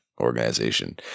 organization